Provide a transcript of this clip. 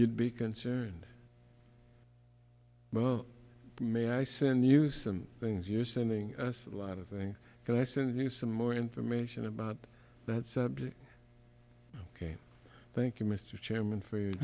you'd be concerned well may i send you some things you're sending us a lot of things and i send you some more information about that subject ok thank you mr chairman for